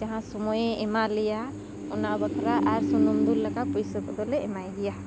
ᱡᱟᱦᱟᱸ ᱥᱩᱢᱟᱹᱭᱮ ᱮᱢᱟᱞᱮᱭᱟ ᱚᱱᱟ ᱵᱟᱠᱷᱨᱟ ᱟᱨ ᱥᱩᱱᱩᱢ ᱫᱩᱞ ᱞᱮᱠᱟ ᱯᱭᱥᱟᱹ ᱠᱚᱫᱚᱞᱮ ᱮᱢᱟᱭ ᱜᱮᱭᱟ